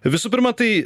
visų pirma tai